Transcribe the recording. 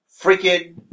freaking